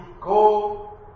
go